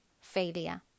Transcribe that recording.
failure